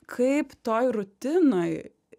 kaip toj rutinoj